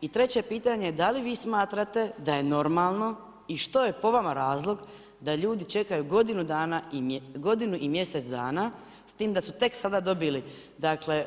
I treće pitanje, da li vi smatrate, da je normalno i što je po vama razlog, da ljudi čekaju godinu i mjesec dana, s tim da su tek sada dobili dakle,